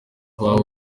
bari